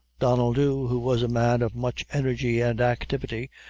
donnel dhu, who was a man of much energy and activity,